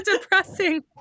depressing